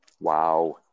Wow